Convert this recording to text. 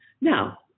Now